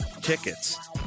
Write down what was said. tickets